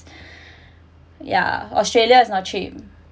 ya australia is not cheap